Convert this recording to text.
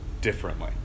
differently